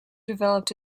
developed